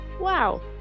Wow